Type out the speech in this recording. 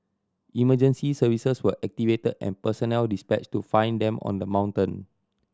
emergency services were activated and personnel dispatched to find them on the mountain